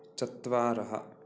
चत्वारः